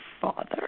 father